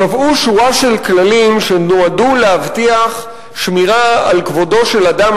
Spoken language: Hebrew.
קבע שורה של כללים שנועדו להבטיח שמירה על כבודו של אדם